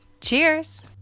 cheers